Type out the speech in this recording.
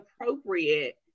appropriate